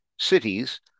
cities